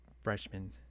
Freshman